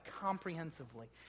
comprehensively